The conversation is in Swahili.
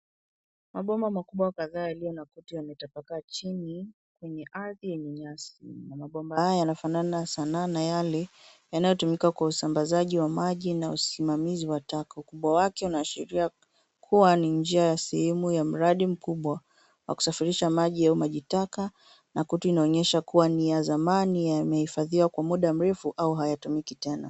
Mabomba makubwa kadhaa yaliyo na kutu yametapakaa chini kwenye ardhi yenye nyasi. Mabomba haya yanafanana sana na yale yanayotumika kwa usambazaji wa maji na usimamizi wa taka. Ukubwa wake unaashiria kuwa ni njia ya sehemu ya mradi mkubwa wa kusafirisha maji au maji taka na kutu inaonyesha kuwa na ya zamani, yamehifadhiwa kwa muda mrefu au hayatumiki tena.